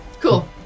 Cool